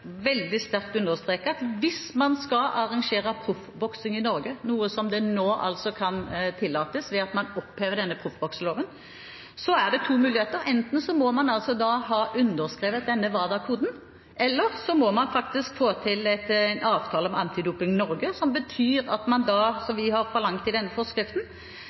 veldig sterkt understreke at hvis man skal arrangere proffboksing i Norge, noe som nå altså kan tillates ved at man opphever denne proffbokseloven, så er det to muligheter: Enten må man ha underskrevet denne WADA-koden, eller så må man få til en avtale med Antidoping Norge, noe som betyr – som vi har forlangt i denne forskriften